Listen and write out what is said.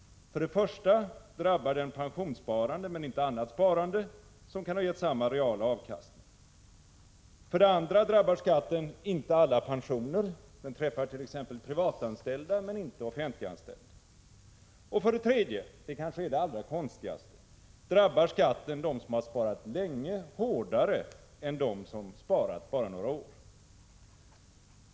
För det första drabbar den pensionssparande och inte annat sparande, som kan ha givit samma reala avkastning. För det andra drabbar den inte alla pensioner — den träffar t.ex. privatanställdas men inte offentliganställdas. För det tredje — det är kanske det allra konstigaste — drabbar skatten dem som har sparat länge hårdare än dem som har sparat i några år.